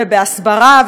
בהסברה,